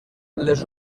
les